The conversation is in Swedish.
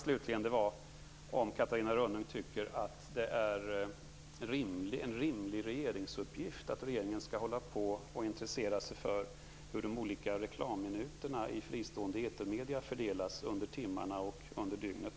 Frågan var om Catarina Rönnung tycker att det är en rimlig regeringsuppgift att hålla på och intressera sig för hur de olika reklamminuterna i fristående etermedier fördelas under timmarna och under dygnet.